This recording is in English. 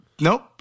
Nope